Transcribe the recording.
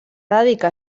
dedicar